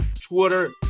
Twitter